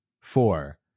Four